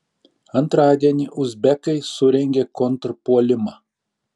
antradienį uzbekai surengė kontrpuolimą